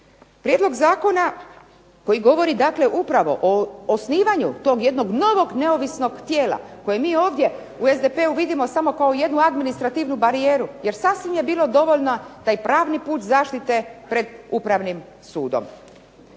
Prijedlog zakona koji govori, dakle upravo o osnivanju tog jednog novog neovisnog tijela koje mi ovdje u SDP-u vidimo samo kao jednu administrativnu barijeru jer sasvim je bilo dovoljno da i pravni put zaštite pred Upravnim sudom.